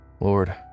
Lord